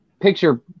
picture